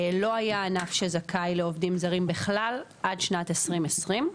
לא היה ענף שזכאי לעובדים זרים בכלל, עד שנת 2020,